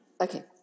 Okay